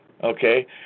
Okay